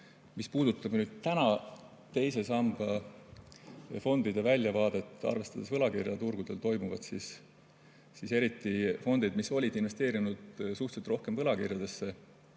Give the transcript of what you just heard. Mis puudutab täna teise samba fondide väljavaadet, arvestades võlakirjaturgudel toimuvat, siis eriti fondides, mis olid investeerinud suhteliselt rohkem võlakirjadesse,